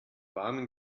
warmen